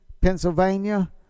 pennsylvania